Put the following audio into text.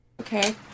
Okay